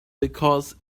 because